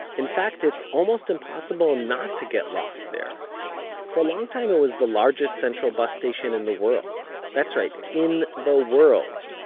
in fact, it's almost impossible not to get lost there for a long time it was the largest central bus station in the world. that's right in the world.